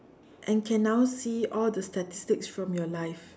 and can now see all the statics from your life